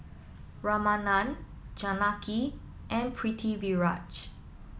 Ramanand Janaki and Pritiviraj